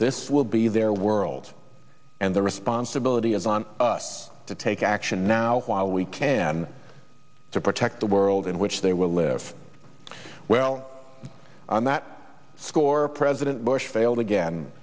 this will be their world and the responsibility is on us to take action now while we can to protect the world in which they will live well on that score president bush failed again